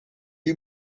you